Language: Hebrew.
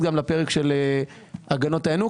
לא יוכלו לפנות ללקוח שיש לו כרטיס אשראי אצלם,